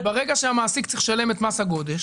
ברגע שהמעסיק צריך לשלם את מס הגודש